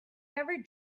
never